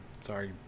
Sorry